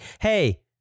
Hey